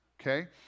okay